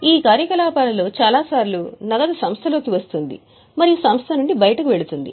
ఈ కార్యకలాపాలలో చాలాసార్లు నగదు సంస్థ లోకి వస్తుంది మరియు సంస్థ నుండి బయటకు వెళుతుంది